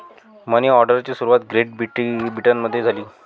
मनी ऑर्डरची सुरुवात ग्रेट ब्रिटनमध्ये झाली